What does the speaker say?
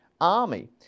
army